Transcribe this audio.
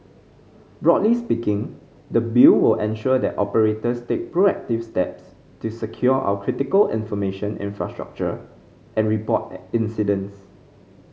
broadly speaking the Bill will ensure that operators take proactive steps to secure our critical information infrastructure and report incidents